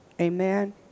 Amen